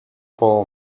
paul